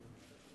עוד דקה.